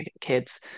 kids